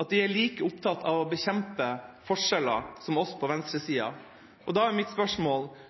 at de er like opptatt av å bekjempe forskjeller som oss på venstresiden. Da er mitt spørsmål: